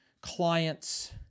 clients